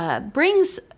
brings